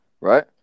right